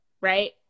right